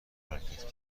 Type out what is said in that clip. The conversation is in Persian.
حرکت